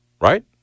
Right